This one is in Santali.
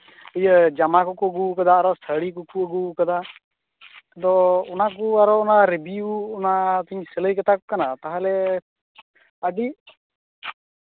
ᱤᱭᱟᱹ ᱡᱟᱢᱟ ᱠᱚᱠᱚ ᱟᱹᱜᱩ ᱠᱟᱫᱟ ᱟᱨᱚ ᱥᱟᱲᱤ ᱠᱚᱠᱚ ᱟᱹᱜᱩ ᱠᱟᱫᱟ ᱟᱫᱚ ᱚᱱᱟ ᱠᱚ ᱨᱤᱵᱷᱤᱭᱩ ᱚᱱᱟ ᱠᱩᱧ ᱥᱤᱞᱟᱭ ᱠᱟᱛᱟ ᱠᱚ ᱠᱟᱱᱟ ᱥᱮ ᱟᱹᱰᱤ